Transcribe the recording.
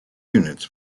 units